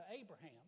Abraham